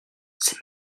c’est